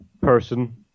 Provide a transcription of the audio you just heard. person